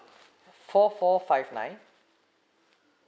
four four five nine